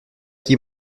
qui